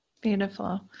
Beautiful